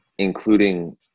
including